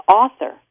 author